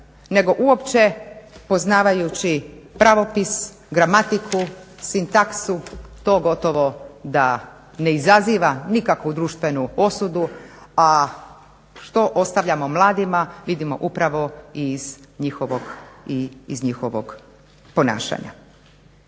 nego uopće poznavajući pravopis, gramatiku, sintaksu to gotovo da ne izaziva nikakvu društvenu osudu. A što ostavljamo mladima, vidimo upravo iz njihovog ponašanja.